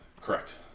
Correct